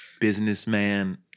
Businessman